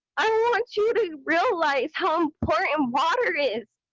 i want you to realize how important and water is.